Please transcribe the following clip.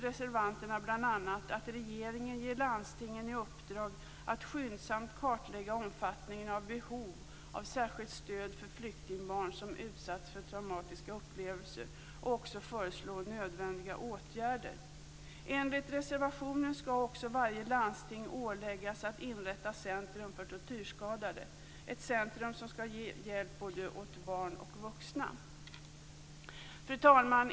Reservanterna vill bl.a. att regeringen skall ge landstingen i uppdrag att skyndsamt kartlägga omfattningen av behov av särskilt stöd för flyktingbarn som utsatts för traumatiska upplevelser och föreslå nödvändiga åtgärder. Enligt reservationen skall varje landsting åläggas att inrätta ett centrum för tortyrskadade, vilket skall ge hjälp åt både barn och vuxna. Fru talman!